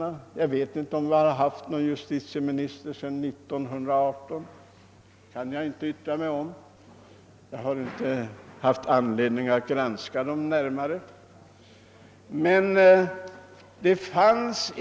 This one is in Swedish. Jag vet för övrigt inte om vi haft någon verklig justitieminister sedan 1918, eftersom jag inte haft anledning att granska dem närmare.